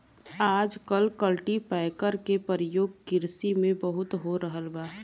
आजकल कल्टीपैकर के परियोग किरसी में बहुत हो रहल बा